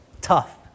tough